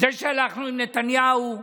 זה שהלכנו עם נתניהו,